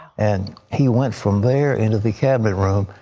and he went from there into the cabinet room.